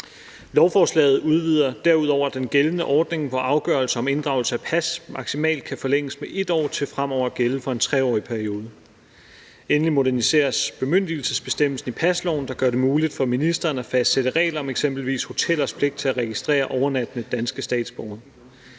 Lovforslaget udvider derudover den gældende ordning, hvorefter afgørelser om inddragelse af pas maksimalt kan forlænges med 1 år, til fremover at gælde for en 3-årig periode. Endelig moderniseres bemyndigelsesbestemmelsen i pasloven, der gør det muligt for ministeren at fastsætte regler om eksempelvis hotellers pligt til at registrere overnattende danske statsborgere.